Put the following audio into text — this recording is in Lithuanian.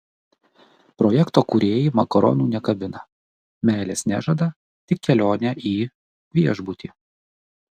projekto kūrėjai makaronų nekabina meilės nežada tik kelionę į viešbutį